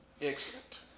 Excellent